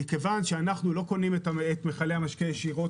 אנחנו לא קונים את מכלי המשקה ישירות